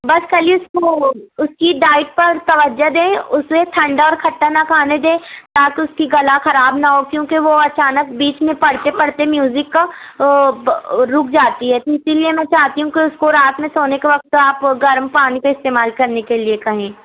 بس کل ہی اس کو اس کی ڈائٹ پر توجہ دیں اسے ٹھنڈا اور کھٹا نہ کھانے دیں تاکہ اس کی گلا خراب نہ ہو کیونکہ وہ اچانک بیچ میں پڑھتے پڑھتے میوزک رک جاتی ہے تو اسی لیے میں چاہتی ہوں کہ اس کو رات میں سونے کے وقت آپ گرم پانی کواستعمال کرنے کے لیے کہیں